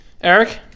Eric